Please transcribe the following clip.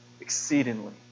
exceedingly